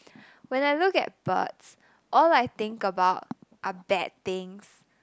when I look at birds all I think about are bad things